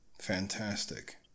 fantastic